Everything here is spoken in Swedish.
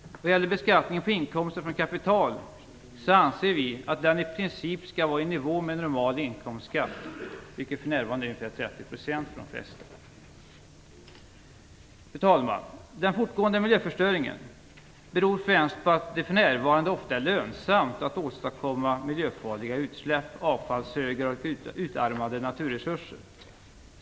Vad gäller beskattningen på inkomster från kapital anser vi att denna i princip skall vara i nivå med normal inkomstskatt, vilken för närvarande är ungefär 30 % för de flesta inkomsttagare. Fru talman! Den fortgående miljöförstöringen beror främst på att det för närvarande ofta är lönsamt att åstadkomma miljöfarliga utsläpp, avfallshögar och utarmade naturresurser.